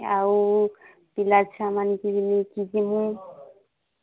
ଆଉ ପିଲା ଛୁଆ ମାନକେ ବି ନେଇକି ଯିବୁ